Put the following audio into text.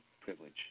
privilege